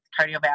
cardiovascular